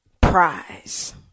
prize